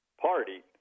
party